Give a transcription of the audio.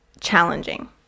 challenging